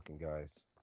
guys